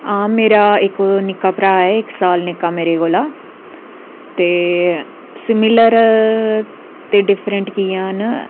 हां मेरा इक निक्का भ्राऽ ऐ इक साल निक्का मेरे कोला ते सिमिलर ते डिफरैंट कि'यां न